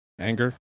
anger